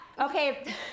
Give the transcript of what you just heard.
Okay